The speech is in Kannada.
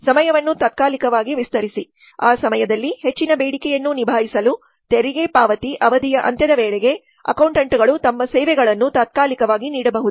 ಸಮಯವನ್ನು ತಾತ್ಕಾಲಿಕವಾಗಿ ವಿಸ್ತರಿಸಿ ಆ ಸಮಯದಲ್ಲಿ ಹೆಚ್ಚಿನ ಬೇಡಿಕೆಯನ್ನು ನಿಭಾಯಿಸಲು ತೆರಿಗೆ ಪಾವತಿ ಅವಧಿಯ ಅಂತ್ಯದ ವೇಳೆಗೆ ಅಕೌಂಟೆಂಟ್ಗಳು ತಮ್ಮ ಸೇವೆಗಳನ್ನು ತಾತ್ಕಾಲಿಕವಾಗಿ ನೀಡಬಹುದು